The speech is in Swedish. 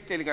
Fru